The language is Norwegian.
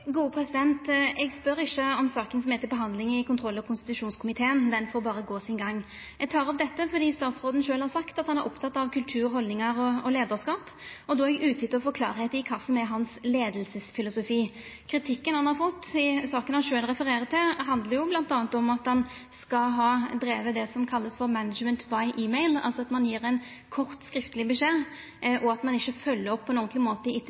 Eg spør ikkje om saka som er til behandling i kontroll- og konstitusjonskomiteen. Den får berre gå sin gang. Eg tek opp dette fordi statsråden sjølv har sagt at han er oppteken av kultur, haldningar og leiarskap, og då er eg ute etter å få klargjort kva som er leiingsfilosofien hans. Kritikken han har fått i den saka som han sjølv refererer til, handlar jo bl.a. om at han skal ha drive det som vert kalla for «management by e-mail», altså at ein gjev ein kort, skriftleg beskjed, og at ein ikkje følgjer opp på